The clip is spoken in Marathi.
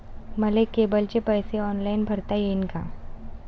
मले केबलचे पैसे ऑनलाईन भरता येईन का?